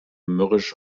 mürrisch